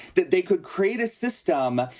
that they could create a system,